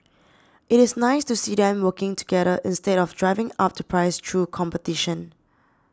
it is nice to see them working together instead of driving up the price through competition